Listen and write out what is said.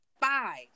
five